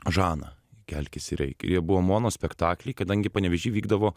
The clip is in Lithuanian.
žaną kelkis ir eik jie buvo monospektakly kadangi panevėžy vykdavo